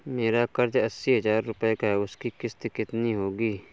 मेरा कर्ज अस्सी हज़ार रुपये का है उसकी किश्त कितनी होगी?